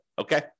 Okay